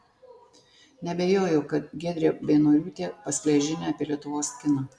neabejoju kad giedrė beinoriūtė paskleis žinią apie lietuvos kiną